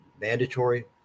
mandatory